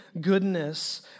goodness